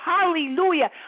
hallelujah